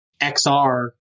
XR